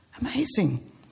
Amazing